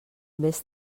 més